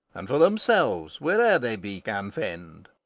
and for themselves, where'er they be, can fend.